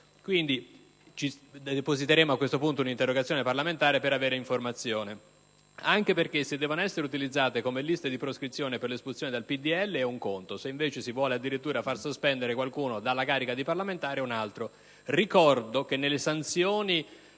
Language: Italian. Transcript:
antidroga. Presenteremo, a questo punto, un'interrogazione parlamentare per avere informazioni in merito. Se poi questi strumenti devono essere utilizzati come liste di proscrizione per l'espulsione dal PdL, è un conto; se invece si vuole addirittura far sospendere qualcuno dalla carica di parlamentare, è un altro. Ricordo che all'interno